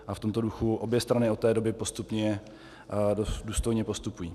V tomto duchu obě strany od té doby postupně důstojně postupují.